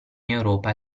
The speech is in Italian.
europa